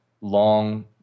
long